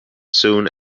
soon